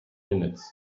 minutes